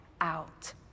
out